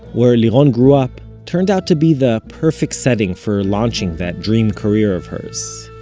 where liron grew up, turned out to be the perfect setting for launching that dream career of hers